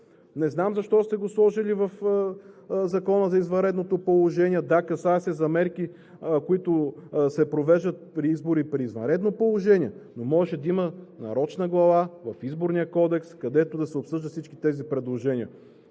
Не знам защо сте го сложили в Закона за извънредното положение. Да, касае се за мерки, които се провеждат при избори при извънредно положение, но можеше да има нарочна глава в Изборния кодекс, където да се обсъждат всички тези предложения.